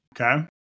Okay